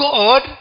God